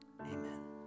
amen